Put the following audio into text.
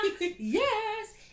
yes